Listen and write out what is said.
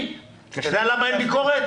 אתה יודע למה אין ביקורת?